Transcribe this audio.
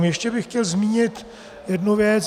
Ještě bych chtěl zmínit jednu věc.